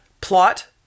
plot